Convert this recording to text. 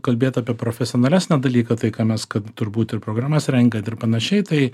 kalbėt apie profesionalesnę dalyką tai ką mes kad turbūt ir programas rengiant ir panašiai tai